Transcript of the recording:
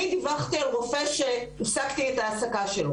אני דיווחתי על רופא שהפסקתי את העסקתו,